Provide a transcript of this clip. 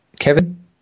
Kevin